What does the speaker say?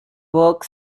work